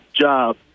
job